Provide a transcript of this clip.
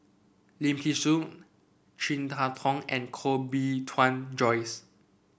Lim Thean Soo Chin Harn Tong and Koh Bee Tuan Joyce